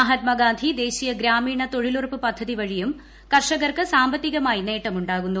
മഹാത്മാഗാന്ധി ദേശീയ ഗ്രാമീണ തൊഴിലുറപ്പ് പദ്ധതി വഴിയും കർഷകർക്ക് സാമ്പത്തികമായി നേട്ടം ഉാകുന്നു